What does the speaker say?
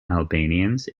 albanians